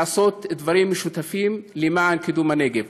לעשות דברים משותפים למען קידום הנגב.